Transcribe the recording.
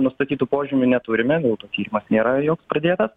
nustatytų požymių neturime dėl to tyrimas nėra joks pradėtas